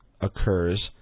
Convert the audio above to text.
occurs